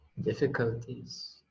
difficulties